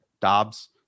Dobbs